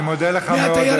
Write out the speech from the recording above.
אני מודה לך מאוד,